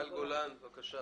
מורכבת מבחינת מחזור.